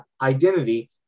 identity